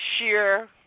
sheer